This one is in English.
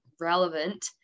relevant